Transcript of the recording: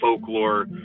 folklore